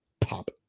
Pop